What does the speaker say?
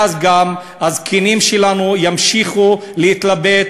ואז גם הזקנים שלנו ימשיכו להתלבט